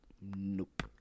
Nope